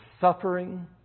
suffering